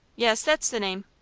yes, that's the name.